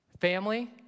Family